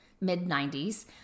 mid-90s